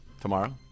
Tomorrow